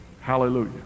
Hallelujah